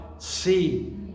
See